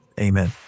amen